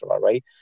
right